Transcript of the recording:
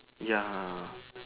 ya